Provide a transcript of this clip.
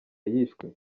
yishwe